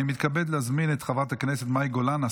אני מתכבד להזמין את חברת הכנסת מאי גולן,